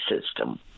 system